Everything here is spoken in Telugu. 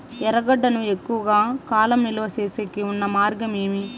ఎర్రగడ్డ ను ఎక్కువగా కాలం నిలువ సేసేకి ఉన్న మార్గం ఏమి?